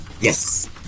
Yes